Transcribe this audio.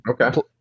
Okay